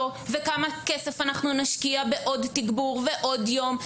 וכמה כסף אנחנו נשקיע בעוד תגבור ועוד יום,